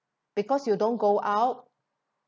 because you don't go out